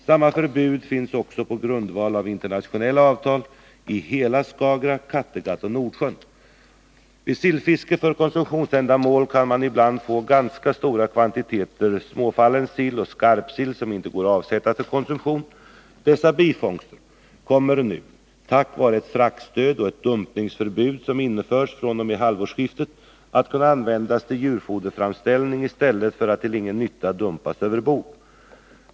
Samma förbud finns också på grundval av internationella avtal i hela Skagerack, Kattegatt och Nordsjön. Vid sillfiske för konsumtionsändamål kan man ibland få ganska stora kvantiteter småfallen sill och skarpsill, som inte går att avsätta till konsumtion. Dessa bifångster kommer nu, tack vare ett fraktstöd och ett dumpningsförbud som införs fr.o.m. halvårsskiftet, att kunna användas till djurfoderframställning i stället för att till ingen nytta dumpas över bord.